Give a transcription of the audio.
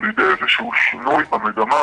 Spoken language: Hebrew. או לידי איזה שהוא שינוי במגמה.